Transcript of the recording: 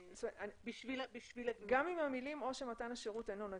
גם עם המילים "או שמתן השירות אינו נגיש",